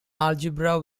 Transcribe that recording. algebras